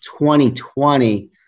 2020